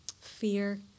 fear